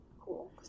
cool